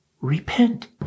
Repent